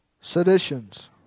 Seditions